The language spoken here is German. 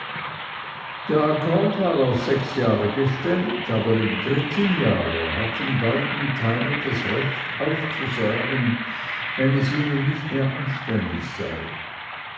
der akkord war auf sechs jahre gestellt aber im dritten jahre hatten beide teile das recht aufzusagen wenn es ihnen nicht mehr anständig sei